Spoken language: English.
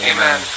Amen